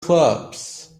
clubs